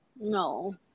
no